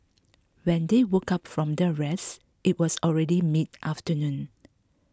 when they woke up from their rest it was already midafternoon